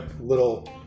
little